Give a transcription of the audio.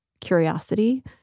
curiosity